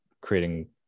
creating